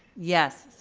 yes.